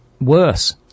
worse